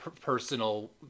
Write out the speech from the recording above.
personal